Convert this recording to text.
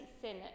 sin